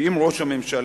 ואם ראש הממשלה,